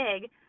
big